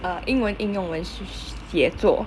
err 英文应用文 s~ 写作